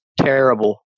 terrible